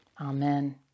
Amen